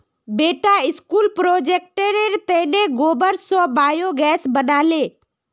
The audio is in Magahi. बेटा स्कूल प्रोजेक्टेर तने गोबर स बायोगैस बना ले